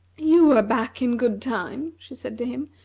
you are back in good time, she said to him,